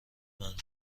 منظور